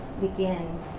begin